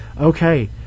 Okay